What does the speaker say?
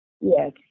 Yes